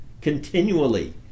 continually